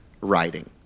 writing